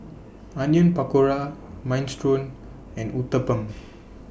Onion Pakora Minestrone and Uthapam